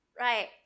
right